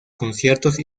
conciertos